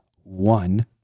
One